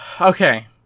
Okay